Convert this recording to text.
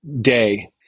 day